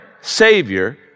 Savior